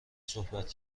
صحبت